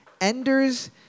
Ender's